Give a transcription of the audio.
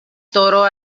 toro